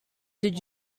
did